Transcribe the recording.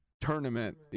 tournament